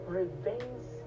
revenge